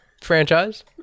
franchise